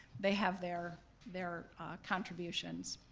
they have their their contributions.